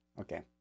Okay